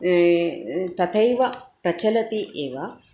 तथैव प्रचलति एव